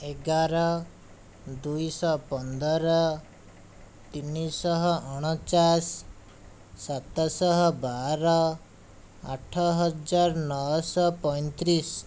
ଏଗାର ଦୁଇଶହ ପନ୍ଦର ତିନିଶହ ଅଣଚାଶ ସାତଶହ ବାର ଆଠ ହଜାର ନଅଶହ ପଇଁତିରିଶ